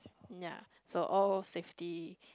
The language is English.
ya so all safety